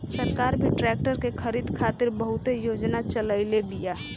सरकार भी ट्रेक्टर के खरीद खातिर बहुते योजना चलईले बिया